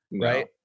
Right